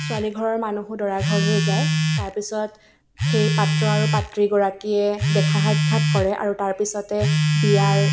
ছোৱালী ঘৰৰ মানুহো দৰাৰ ঘৰলৈ যায় তাৰপিছত সেই পাত্ৰ আৰু পাত্ৰীগৰাকীয়ে দেখা সাক্ষাৎ কৰে আৰু তাৰ পিছতে বিয়াৰ